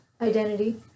identity